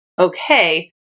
Okay